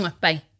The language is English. Bye